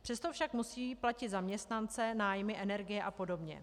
Přesto však musí platit zaměstnance, nájmy, energie a podobně.